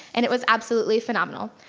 and it was absolutely phenomenal.